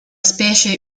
specie